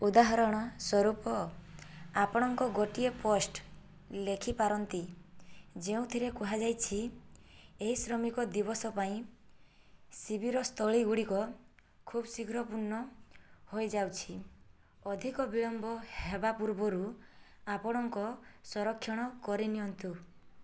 ଉଦାହରଣ ସ୍ଵରୂପ ଆପଣଙ୍କ ଗୋଟିଏ ପୋଷ୍ଟ ଲେଖିପାରନ୍ତି ଯେଉଁ ଥିରେ କୁହାଯାଇଛି ଏହି ଶ୍ରମିକ ଦିବସ ପାଇଁ ଶିବିରସ୍ଥଳୀ ଗୁଡ଼ିକ ଖୁବ ଶୀଘ୍ର ପୂର୍ଣ୍ଣ ହୋଇଯାଉଛି ଅଧିକ ବିଳମ୍ବ ହେବା ପୂର୍ବରୁ ଆପଣଙ୍କ ସଂରକ୍ଷଣ କରିନିଅନ୍ତୁ